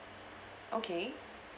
okay